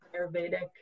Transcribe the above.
Ayurvedic